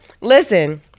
listen